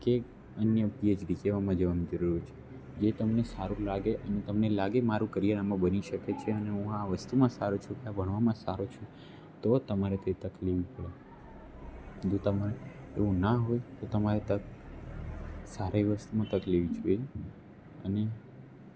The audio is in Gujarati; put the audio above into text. કે અન્ય પીએચડી કે એવામાં જવાની જરૂર છે જે તમને સારું લાગે અને તમને લાગે મારું કરિયર આમાં બની શકે છે અને હું આ વસ્તુમાં સારો છું ભણવામાં સારો છું તો તમારે તે તક લેવી પડે જો તમારે એવું ના હોય તો તમારે એ તક સારી વસ્તુમાં તક લેવી જોઈએ અને